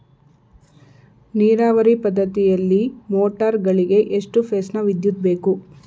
ನೀರಾವರಿ ಪದ್ಧತಿಯಲ್ಲಿ ಮೋಟಾರ್ ಗಳಿಗೆ ಎಷ್ಟು ಫೇಸ್ ನ ವಿದ್ಯುತ್ ಬೇಕು?